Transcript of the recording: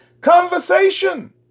conversation